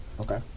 Okay